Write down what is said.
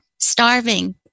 starving